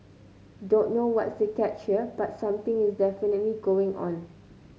don't know what's the catch here but something is definitely going on